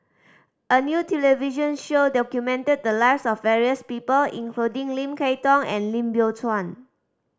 a new television show documented the lives of various people including Lim Kay Tong and Lim Biow Chuan